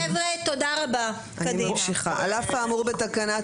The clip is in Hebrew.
תודה רבה אנחנו ממשיכים בהקראה.